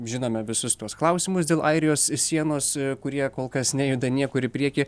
žinome visus tuos klausimus dėl airijos sienos kurie kol kas nejuda niekur į priekį